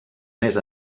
més